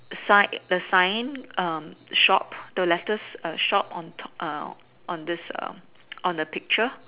side the sign um shop the letters err shop on top uh on this on the picture